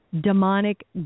demonic